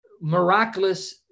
miraculous